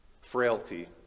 frailty